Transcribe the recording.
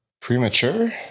Premature